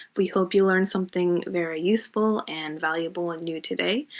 we hope you learned something very useful and valuable and new today.